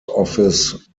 office